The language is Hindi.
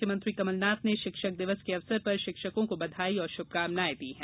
मुख्यमंत्री कमलनाथ ने शिक्षक दिवस के अवसर पर शिक्षकों को बधाई और शुभकामनाएँ दी हैं